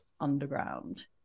underground